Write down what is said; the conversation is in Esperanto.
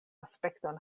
aspekton